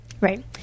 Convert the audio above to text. Right